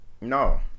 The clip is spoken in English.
no